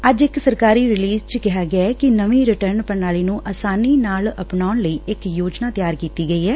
ਅੱਜ ਇਕ ਸਰਕਾਰੀ ਰਿਲੀਜ਼ ਚ ਕਿਹਾ ਗਿਐ ਕਿ ਨਵੀ ਰਿਟਰਨ ਪ੍ਰਣਾਲੀ ਨੂੰ ਆਸਾਨੀ ਨਾਲ ਅਪਣਾਉਣ ਲਈ ਇਕ ਯੋਜਨਾ ਤਿਆਰ ਕੀਡੀ ਗਈ ਐ